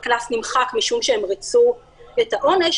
הקנס נמחק משום שהם רצו את העונש,